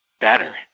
better